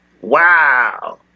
Wow